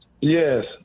Yes